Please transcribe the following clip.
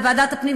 לוועדת הפנים,